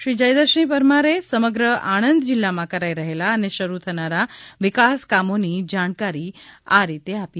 શ્રી જયદ્રથસિંહ પરમારે સમગ્ર આણંદ જિલ્લામાં કરાઈ રહેલાં અને શરૃ થનારા વિકાસકામોની જાણકારી આ રીતે આપી